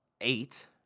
eight